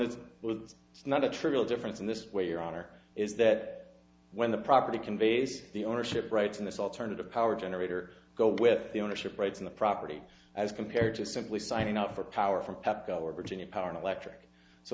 that was not a trivial difference in this way your honor is that when the property conveys the ownership rights in this alternative power generator go with the ownership rights in the property as compared to simply signing up for power from pepco or virginia power and electric so